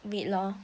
wait lor